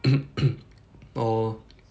orh